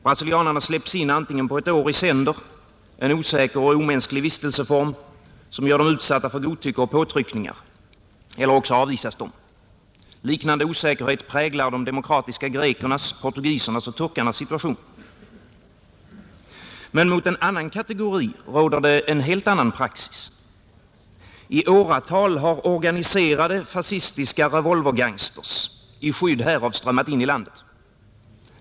Brasilianarna släpps antingen in på ett år i sänder — en osäker och omänsklig vistelseform, som gör dem utsatta för godtycke och påtryckningar — eller också avvisas de. Liknande osäkerhet präglar de demokratiska grekernas, portugisernas och turkarnas situation. Men mot en annan kategori tillämpas en helt annan praxis. I åratal har organiserade fascistiska revolvergangsters i skydd härav strömmat in i landet.